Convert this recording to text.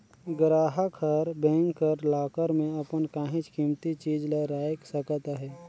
गराहक हर बेंक कर लाकर में अपन काहींच कीमती चीज ल राएख सकत अहे